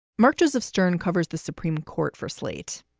mark joseph stern covers the supreme court for slate.